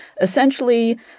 essentially